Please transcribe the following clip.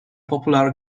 popular